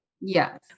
Yes